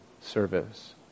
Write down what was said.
service